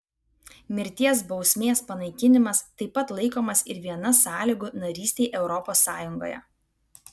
mirties bausmės panaikinimas taip pat laikomas ir viena sąlygų narystei europos sąjungoje